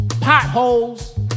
potholes